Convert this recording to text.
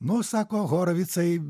nu sako horovicai